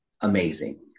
amazing